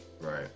right